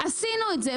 עשינו את זה.